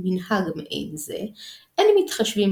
מקובל לעשות הטקס בקבר הרשב"י,